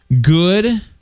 good